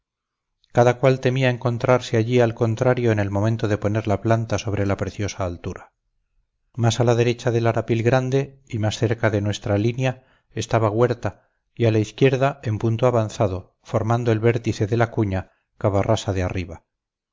cada cual temía encontrarse allí al contrario en el momento de poner la planta sobre la preciosa altura más a la derecha del arapil grande y más cerca de nuestra línea estaba huerta y a la izquierda en punto avanzado formando el vértice de la cuña cavarrasa de arriba